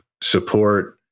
support